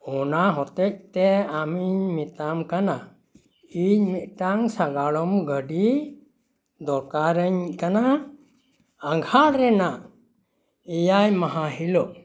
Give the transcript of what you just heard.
ᱚᱱᱟ ᱦᱚᱛᱮ ᱛᱮ ᱟᱢᱤᱧ ᱢᱮᱛᱟᱢ ᱠᱟᱱᱟ ᱤᱧ ᱢᱤᱫᱴᱟᱝ ᱥᱟᱜᱟᱲᱚᱢ ᱜᱟᱹᱰᱤ ᱫᱚᱨᱠᱟᱨᱟᱹᱧ ᱠᱟᱱᱟ ᱟᱜᱷᱟᱲ ᱨᱮᱱᱟᱜ ᱮᱭᱟᱭ ᱢᱟᱦᱟ ᱦᱤᱞᱳᱜ